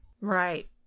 Right